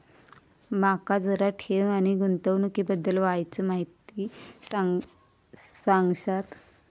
माका जरा ठेव आणि गुंतवणूकी बद्दल वायचं माहिती सांगशात?